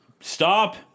Stop